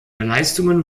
leistungen